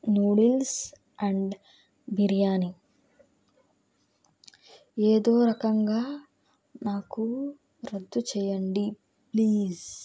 noodles and biryani ఏదో రకంగా నాకు రద్దు చేయండి ప్లీజ్